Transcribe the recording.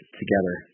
together